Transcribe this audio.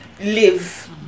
live